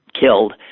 killed